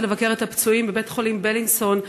לבקר את הפצועים בבית-החולים "בילינסון",